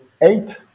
eight